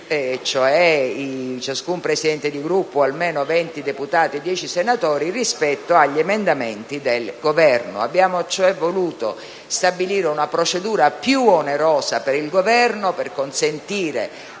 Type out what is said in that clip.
sono ciascun Presidente di Gruppo o almeno venti deputati o dieci senatori, rispetto agli emendamenti del Governo. Abbiamo cioè voluto stabilire una procedura più onerosa per il Governo per consentire